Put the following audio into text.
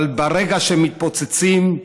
אבל ברגע שהם מתפוצצים,